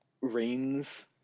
rains